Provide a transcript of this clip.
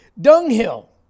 dunghill